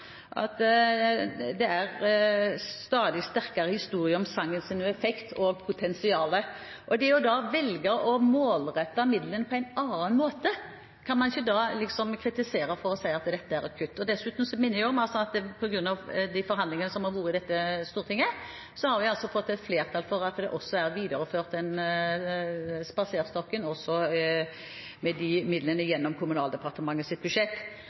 at det er stadig sterkere historier om sangens effekt og potensial. Det å velge å målrette midlene på en annen måte kan man ikke kritisere og si er et kutt. Dessuten minner jeg om at på grunn av forhandlingene som har vært i Stortinget, har vi fått flertall for at Den kulturelle spaserstokken er videreført med midlene gjennom Kommunal- og moderniseringsdepartementets budsjett. Politikk er å prioritere. Blant annet Den